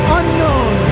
unknown